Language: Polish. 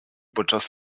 podczas